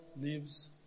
lives